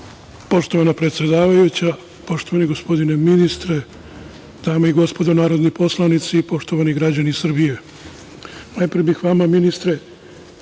Poštovana predsedavajuća, poštovani gospodine ministre, dame i gospodo narodni poslanici, poštovani građani Srbije, najpre bih vama ministre